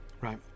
Right